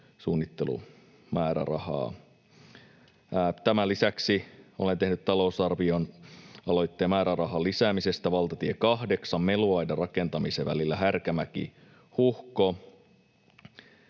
suunnittelumäärärahaa. Tämän lisäksi olen tehnyt talousarvioaloitteen määrärahan lisäämisestä valtatie 8:n meluaidan rakentamiseen välillä Härkämäki—Huhko.